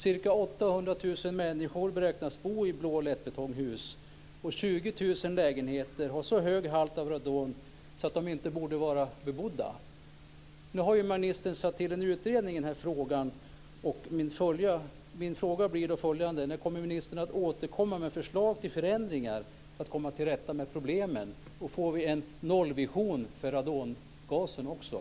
Ca 800 000 människor beräknas bo i hus med blå lättbetong. Och 20 000 lägenheter har en så hög radonhalt att de inte borde vara bebodda. Nu har ministern satt till en utredning i den här frågan. Min fråga blir då följande: När kommer ministern att återkomma med förslag till förändringar för att komma till rätta med problemen, och får vi en nollvision också när det gäller radongasen?